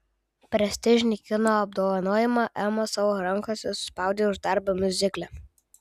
prestižinį kino apdovanojimą ema savo rankose suspaudė už darbą miuzikle